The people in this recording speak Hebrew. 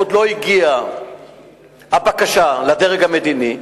הבקשה עוד לא הגיעה לדרג המדיני,